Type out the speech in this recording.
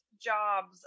jobs